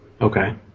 Okay